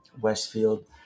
Westfield